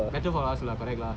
better for us lah correct lah